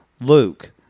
Luke